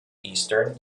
eastern